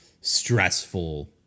stressful